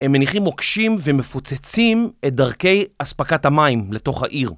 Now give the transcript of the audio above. הם מניחים מוקשים ומפוצצים את דרכי אספקת המים לתוך העיר